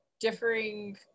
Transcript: differing